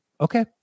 okay